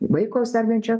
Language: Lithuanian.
vaiko sergančio